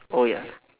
oh ya